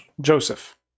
Joseph